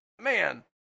man